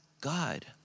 God